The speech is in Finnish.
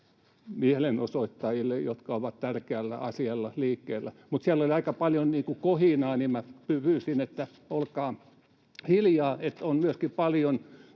mielenosoittajille, jotka ovat tärkeällä asialla liikkeellä. Mutta siellä oli aika paljon kohinaa, ja pyysin, että olkaa hiljaa,